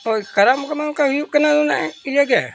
ᱦᱳᱭ ᱠᱟᱨᱟᱢ ᱠᱚ ᱱᱚᱝᱠᱟ ᱦᱩᱭᱩᱜ ᱠᱟᱱᱟ ᱢᱟᱱᱮ ᱤᱭᱟᱹᱜᱮ